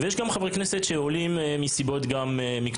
יש גם חברי כנסת שעולים מסיבות מקצועיות,